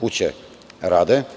kuće rade.